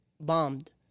bombed